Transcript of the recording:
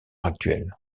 actuel